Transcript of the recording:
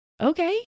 okay